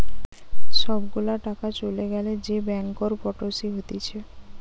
সব গুলা টাকা চলে গ্যালে যে ব্যাংকরপটসি হতিছে